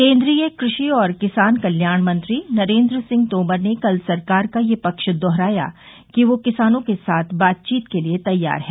केन्द्रीय कृषि और किसान कल्याण मंत्री नरेन्द्र सिंह तोमर ने कल सरकार का यह पक्ष दोहराया कि वह किसानों के साथ बातचीत के लिए तैयार है